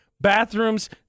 Bathrooms